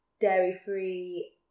dairy-free